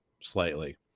slightly